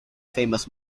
famous